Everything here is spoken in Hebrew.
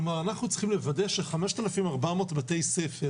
כלומר אנחנו צריכים לוודא ש-5,400 בתי ספר